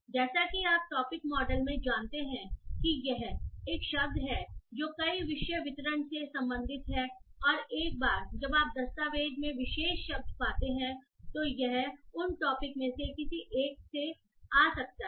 जैसा कि आप टॉपिक मॉडल में जानते हैं कि यह एक शब्द है जो कई विषय वितरण से संबंधित है और एक बार जब आप दस्तावेज़ में विशेष शब्द पाते हैं तो यह उन टॉपिक में से किसी एक से आ सकता है